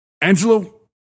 Angelo